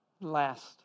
Last